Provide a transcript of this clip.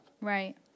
Right